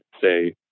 say